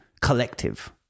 collective